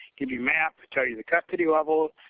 give you maps. tell you the custody level.